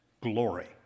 glory